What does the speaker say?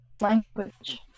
language